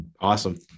Awesome